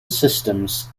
systems